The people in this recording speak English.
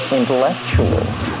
intellectuals